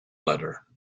letter